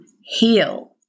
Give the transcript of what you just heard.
heal